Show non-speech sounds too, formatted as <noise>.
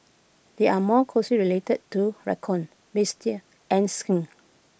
they are more closely related to raccoon <unintelligible> and skunk